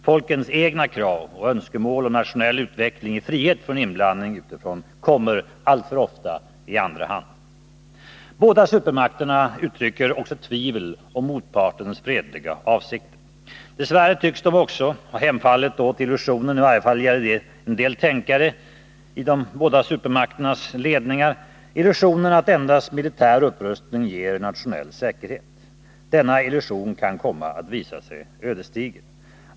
Folkens egna krav och önskemål om nationell utveckling i frihet från inblandning utifrån kommer alltför ofta i andra hand. Båda supermakterna uttrycker också tvivel om motpartens fredliga avsikter. Dess värre tycks de också ha hemfallit åt illusionen — det gäller i varje fall en del tänkare i de båda supermakternas ledningar — att endast militär upprustning ger nationell säkerhet. Denna illusion kan komma att visa sig ödesdiger.